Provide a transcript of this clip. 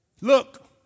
Look